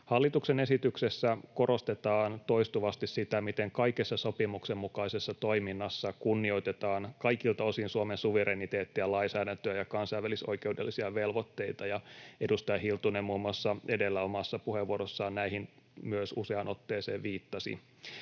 Hallituksen esityksessä korostetaan toistuvasti sitä, miten kaikessa sopimuksen mukaisessa toiminnassa kunnioitetaan kaikilta osin Suomen suvereniteettia, lainsäädäntöä ja kansainvälisoikeudellisia velvoitteita. Edustaja Hiltunen muun muassa edellä omassa puheenvuorossaan näihin myös useaan otteeseen viittasi,